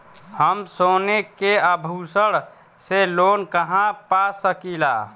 हम सोने के आभूषण से लोन कहा पा सकीला?